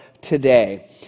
today